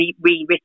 rewritten